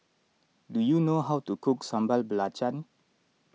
do you know how to cook Sambal Belacan